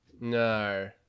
No